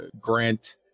Grant